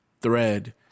thread